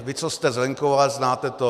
Vy, co jste z venkova, znáte to.